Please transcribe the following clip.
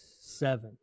seven